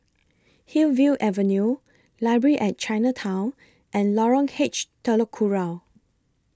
Hillview Avenue Library At Chinatown and Lorong H Telok Kurau